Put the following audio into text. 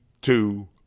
two